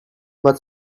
but